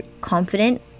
confident